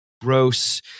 gross